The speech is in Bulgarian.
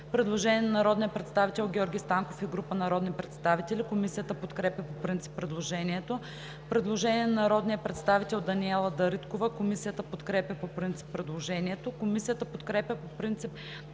предложение на народния представител професор Георги Михайлов. Комисията подкрепя по принцип предложението. Предложение на народния представител Даниела Дариткова. Комисията подкрепя по принцип предложението. Комисията подкрепя по принцип